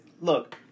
look